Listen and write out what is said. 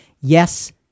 Yes